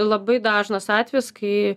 labai dažnas atvejis kai